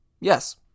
Yes